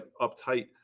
uptight